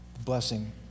Blessing